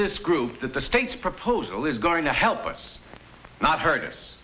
this group that the state's proposal is going to help us not hurt us